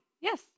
yes